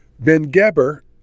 Ben-Geber